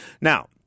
Now